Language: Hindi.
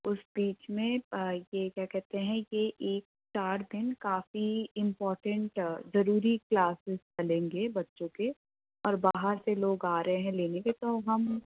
उस बीच में ये क्या कहते हैं कि ये चार दिन काफ़ी इम्पोर्टेंट ज़रूरी क्लासेस चलेंगे बच्चों के और बाहर से लोग आ रहे हैं लेने के तो हम